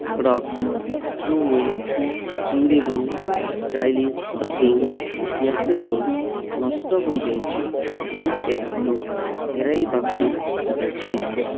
product truware durable stylish serving casserole ନଷ୍ଟ ହୋଇଯାଇଛି ମୁଁ ଏହାକୁ ଫେରାଇବାକୁ ଚାହୁଁଛି